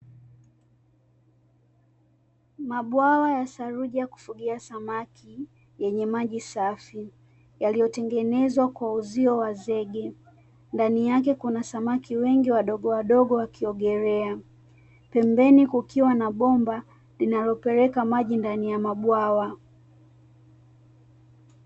Mabwawa ya saruji ya kufugia samaki yenye maji safi, yaliyotengenezwa kwa uzio wa zege. Ndani yake kuna samaki wengi wadogowadogo wakiogelea. Pembeni kukiwa na bomba linalopeleka maji ndani ya mabwawa.